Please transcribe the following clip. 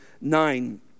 nine